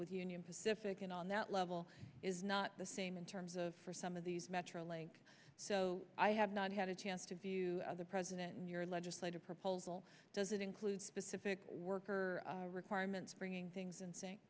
with union pacific and on that level is not the same in terms of for some of these metrolink so i have not had a chance to view the president in your legislative proposal does it include specific worker requirements bringing things and saying